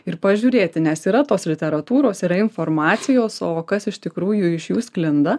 ir pažiūrėti nes yra tos literatūros yra informacijos o kas iš tikrųjų iš jų sklinda